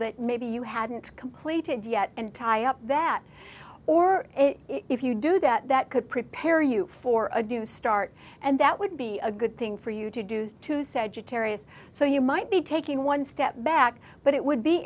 that maybe you hadn't completed yet and tie up that or if you do that that could prepare you for a new start and that would be a good thing for you to do to set a terrorist so you might be taking one step back but it would be